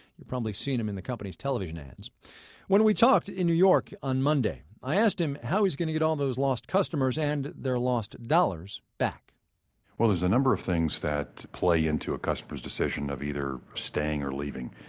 you have probably seen him in the company's television ads when we talked in new york on monday, i asked him how he's going to get all those lost customers, and their lost dollars, back well there's a number of things that play into a customer's decision of either staying or leaving.